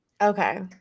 Okay